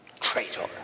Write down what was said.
traitor